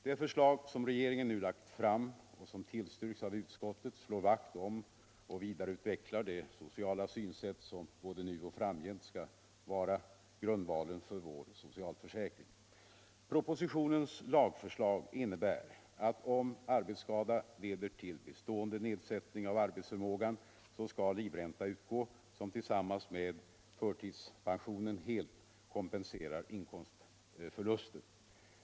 Det förslag som regeringen nu lagt fram och som tillstyrkts av utskottet slår vakt om och vidareutvecklar det sociala synsätt som både nu och framgent skall vara grundvalen för vår socialförsäkring. Propositionens lagförslag innebär att om arbetsskadan leder till bestående nedsättning av arbetsförmågan, så skall livränta utgå som tillsammans med förtidspensionen helt kompenserar inkomstförlusten.